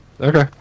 Okay